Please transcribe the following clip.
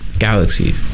Galaxies